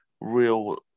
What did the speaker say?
real